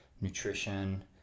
nutrition